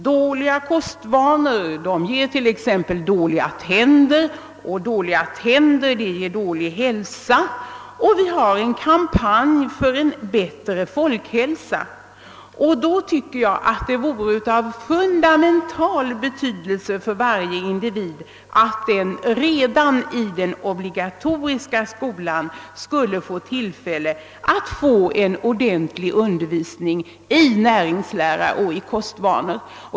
Dåliga kostvanor ger t.ex. dåliga tänder, och dåliga tänder ger dålig hälsa. När det samtidigt förs en kampanj för förbättrad folkhälsa tycker jag att det vore av fundamental betydelse för varje individ att redan i den obligatoriska skolan få ordentlig undervisning i näringslära och kostvanor.